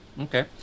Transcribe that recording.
Okay